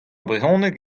brezhoneg